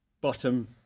bottom